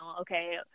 okay